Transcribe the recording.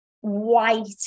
white